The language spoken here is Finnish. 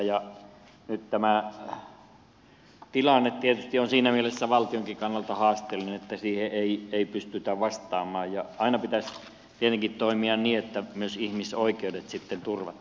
nyt tämä tilanne tietysti on siinä mielessä valtionkin kannalta haasteellinen että siihen ei pystytä vastaamaan ja aina pitäisi tietenkin toimia niin että myös ihmisoikeudet sitten turvattaisiin